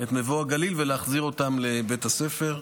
את מבוא הגליל ולהחזיר אותם לבית הספר.